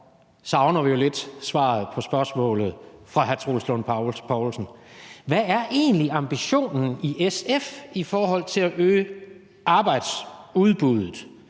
savner vi jo lidt svaret på spørgsmålet fra hr. Troels Lund Poulsen. Hvad er egentlig ambitionen i SF i forhold til at øge arbejdsudbuddet?